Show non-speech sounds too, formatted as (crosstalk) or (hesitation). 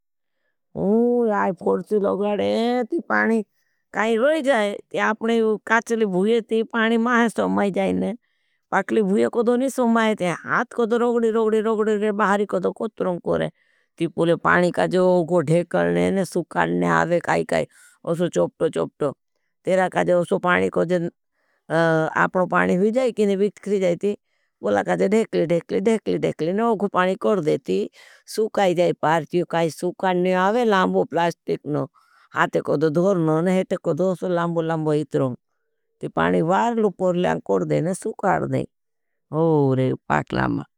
पानी काई रोय जाए। आपने काचली भूये ते पानी माहे समय जाए। पाकली भूये कदों नहीं समय जाए। हाथ कदों रोगडी, रोगडी, रोगडी (hesitation) रोगडी बाहरी को तो कुत्तरों करें। टी पूले पानी का तो जो ढेकड़ लेंन सूकड़ ने आवे काये काये। ओसो चोपटो चोपटो तेरा का जोसो पाडी को जिन। (hesitation) आपड़ो को पाड़ी हुई जाई की नी विक्री जायती वुला का जे ढेकली ढेकली ढेकली ढेकले नू खो पानी कड़ देटी। सूका जाई पारती काई सुका ने लावे नो पैलास्टिक नो हाथे के दो धोरनों नेहे तो दूसरो लंबो लंबो इतड़ो। ती पाड़ी वारले पुड़ कुड़ देने सू करदे हूरे पकल्या मा ।